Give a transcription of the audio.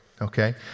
okay